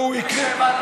תאמין לי שהבנתי.